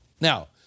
Now